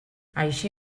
així